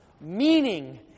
meaning